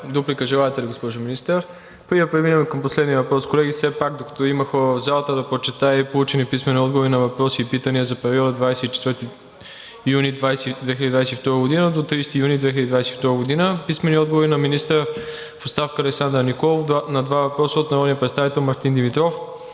Дуплика желаете ли, госпожо Министър? Не. Преди да преминем към последния въпрос, колеги, все пак докато има хора в залата, да прочета и получени писмени отговори на въпроси и питания за периода 24 – 30 юни 2022 г. Писмени отговори от: - министъра Александър Николов на два въпроса от народния представител Мартин Димитров;